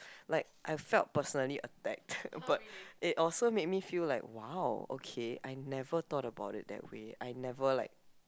like I felt personally attacked but it also made me feel like !wow! okay I never thought about it that way I never like